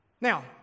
now